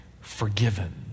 forgiven